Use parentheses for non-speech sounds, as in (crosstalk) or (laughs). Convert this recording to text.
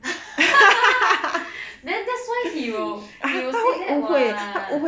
ah (laughs) then that's why he will he will say that [what]